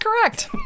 correct